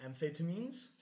amphetamines